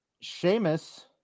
Sheamus